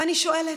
ואני שואלת,